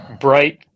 bright